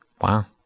Wow